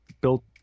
built